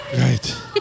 Right